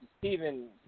Stephen